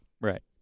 Right